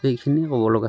সেইখিনিয়ে ক'ব লগা